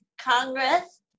Congress